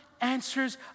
answers